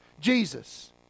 Jesus